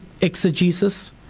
exegesis